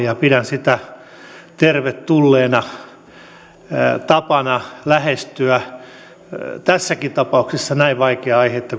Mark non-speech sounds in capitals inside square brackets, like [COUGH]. [UNINTELLIGIBLE] ja pidän sitä tervetulleena tapana lähestyä tässäkin tapauksessa näin vaikeaa aihetta [UNINTELLIGIBLE]